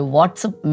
WhatsApp